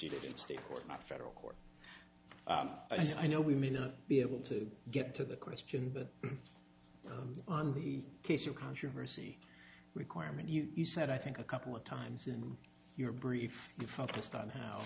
state court not federal court i know we may not be able to get to the question but the case of controversy requirement you said i think a couple of times in your brief you focused on how